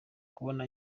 babona